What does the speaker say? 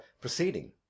proceeding